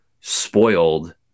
spoiled